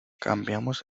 cambiamos